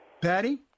Patty